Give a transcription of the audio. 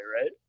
right